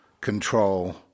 control